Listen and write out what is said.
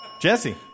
Jesse